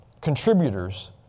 contributors